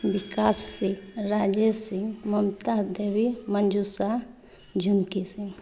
Vikas Singh Rajesh Singh Mamta Devi Manju Sah Jhumki Sah